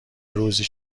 روزی